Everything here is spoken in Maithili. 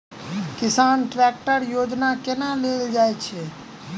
किसान ट्रैकटर योजना केना लेल जाय छै?